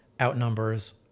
outnumbers